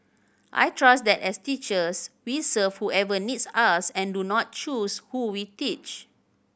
I trust that as teachers we serve whoever needs us and do not choose who we teach